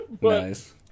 Nice